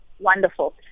Wonderful